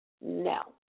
no